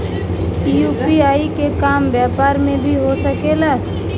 UPI के काम व्यापार में भी हो सके ला?